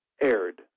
aired